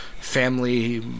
family